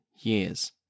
years